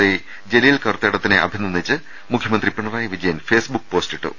I Jaleel കറുത്തേടത്തിനെ അഭിനന്ദിച്ച് മുഖ്യമന്ത്രി പിണറായി വിജ യൻ ഫേസ്ബുക്ക് പോസ്റ്റിട്ടു